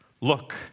Look